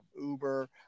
Uber